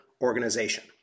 organization